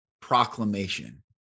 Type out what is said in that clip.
proclamation